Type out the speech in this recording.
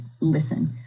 listen